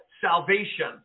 salvation